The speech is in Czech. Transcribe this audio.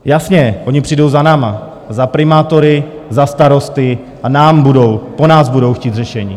Jasně, oni přijdou za námi, za primátory, za starosty a po nás budou chtít řešení.